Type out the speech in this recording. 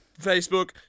Facebook